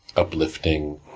uplifting,